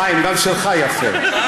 חיים, גם שלך יפה.